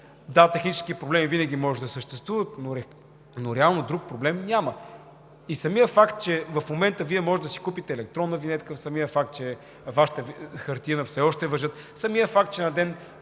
Да, технически проблеми винаги могат да съществуват, но реално друг проблем няма. Самият факт, че в момента Вие може да си купите електронна винетка; самият факт, че Вашите хартиени винетки все още важат; самият факт, че на ден